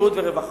בריאות ורווחה,